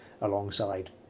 alongside